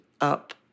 up